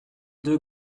deux